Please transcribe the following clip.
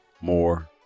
more